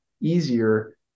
easier